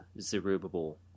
Zerubbabel